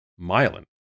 myelin